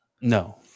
No